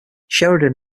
sheridan